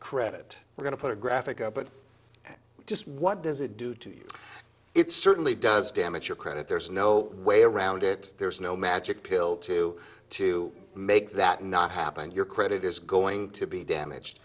credit we're going to put a graphic up but just what does it do to you it certainly does damage your credit there's no way around it there's no a magic pill to to make that not happen your credit is going to be damaged